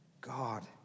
God